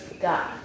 God